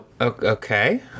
okay